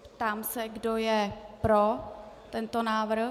Ptám se, kdo je pro tento návrh.